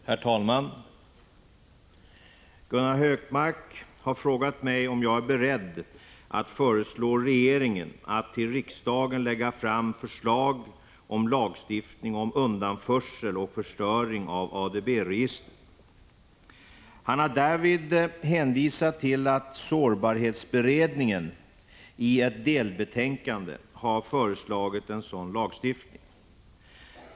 Herr talman! Gunnar Hökmark har frågat mig om jag är beredd att föreslå regeringen att till riksdagen lägga fram förslag om lagstiftning om undanförsel och förstöring av ADB-register. Han har därvid hänvisat till att sårbarhetsberedningen i ett delbetänkande har föreslagit en sådan lagstiftning.